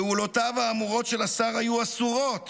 פעולותיו האמורות של השר היו אסורות